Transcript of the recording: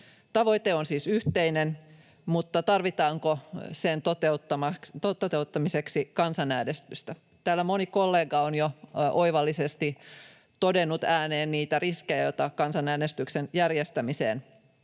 Tavoite on siis yhteinen, mutta tarvitaanko sen toteuttamiseksi kansanäänestystä? Täällä moni kollega on jo oivallisesti todennut ääneen niitä riskejä, joita kansanäänestyksen järjestämiseen